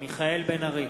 מיכאל בן-ארי,